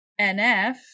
NF